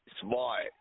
Smart